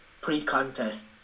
pre-contest